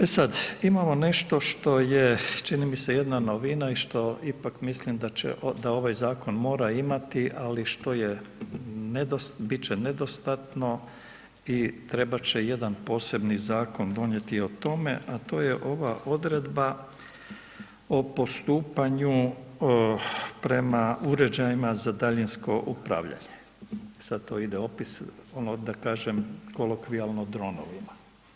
E sad, imamo nešto što je čini mi se jedna novina i što ipak, mislim da ovaj zakon mora imati, ali što je bit će nedostatno i trebat će jedan posebni zakon donijeti o tome, a to je ova odredba o postupanju prema uređajima za daljinsko upravljanje, sad to ide opis, ono da kažem kolokvijalno dronovima.